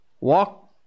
Walk